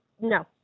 No